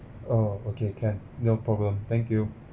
oh okay can no problem thank you